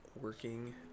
working